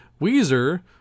Weezer